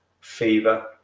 fever